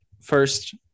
First